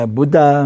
Buddha